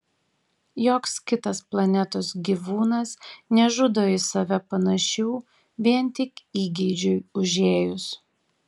joks kitas planetos gyvūnas nežudo į save panašių vien tik įgeidžiui užėjus